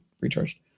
recharged